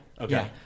Okay